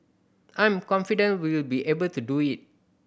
I'm confident we'll be able to do it